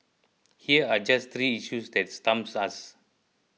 here are just three issues that stumps us